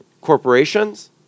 corporations